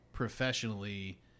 Professionally